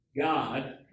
God